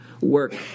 work